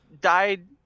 died